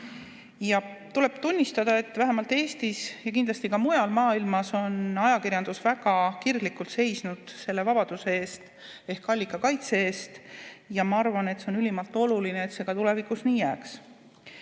Tuleb tunnistada, et vähemalt Eestis, aga kindlasti ka mujal maailmas on ajakirjandus väga kirglikult seisnud selle vabaduse ehk allikakaitse eest. Ma arvan, et on ülimalt oluline, et see ka tulevikus nii jääks.